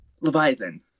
Leviathan